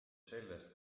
sellest